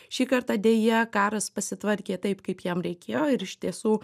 šį kartą deja karas pasitvarkė taip kaip jam reikėjo ir iš tiesų